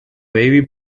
baby